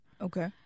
Okay